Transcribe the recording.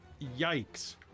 yikes